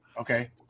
Okay